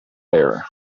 bare